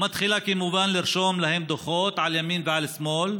ומתחילה כמובן לרשום להם דוחות על ימין ועל שמאל,